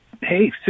hey